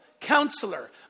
Counselor